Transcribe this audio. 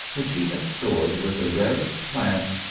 which he had stored with the rarest plants,